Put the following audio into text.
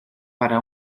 para